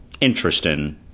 Interesting